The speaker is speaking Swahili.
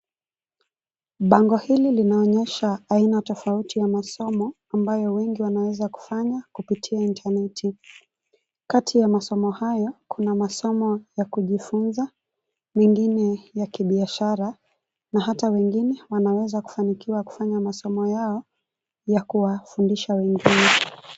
Bango hili linaonyesha aina tofauti ya masomo ambayo wengi wanaweza kufanya kupitia intaneti, kati ya masomo haya kuna sasomo ya kujifunza mengine ya kibiashara, na hata wengine wanaweza kufanikiwa kufanya masomo yao ya kuwafundisha wengine.